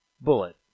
Bullet